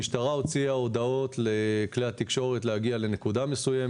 המשטרה הוציאה הודעות לכלי התקשורת להגיע לנקודה מסוימת,